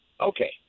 Okay